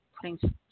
Putting